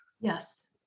Yes